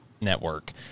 network